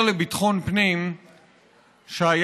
פגעתי בשלמה בניזרי,